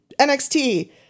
NXT